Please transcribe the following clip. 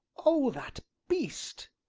oh, that beast!